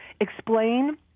explain